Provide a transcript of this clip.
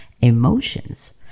emotions